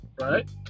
right